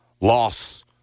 loss